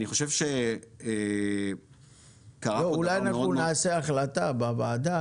אני חושב ש- -- אולי נעשה החלטה בוועדה